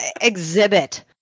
exhibit